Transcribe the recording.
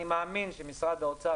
אני מאמין שמשרד האוצר,